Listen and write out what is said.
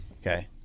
Okay